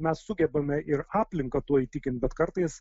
mes sugebame ir aplinką tuo įtikint bet kartais